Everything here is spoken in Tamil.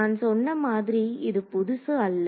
நான் சொன்ன மாதிரி இது புதுசு அல்ல